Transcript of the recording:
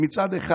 מצד אחד